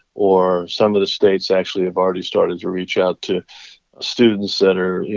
or some of the states, actually, have already started to reach out to students that are, you